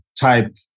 type